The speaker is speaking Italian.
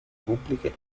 pubbliche